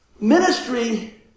ministry